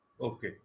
okay